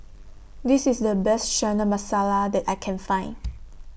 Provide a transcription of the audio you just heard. This IS The Best Chana Masala that I Can Find